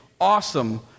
awesome